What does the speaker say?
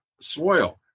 soil